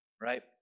right